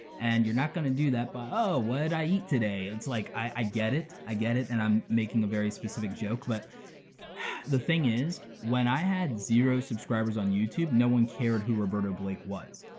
and you're not gonna do that by, oh, what'd i eat today, it's like, i get it? i get it, and i'm making a very specific joke, but the thing is, when i had zero subscribers on youtube, no one cared who roberto blake was.